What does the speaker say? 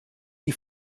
die